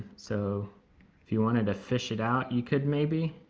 so if you wanted to fish it out you could maybe.